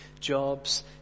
jobs